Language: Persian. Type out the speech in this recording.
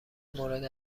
مورد